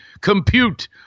compute